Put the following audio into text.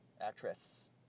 Actress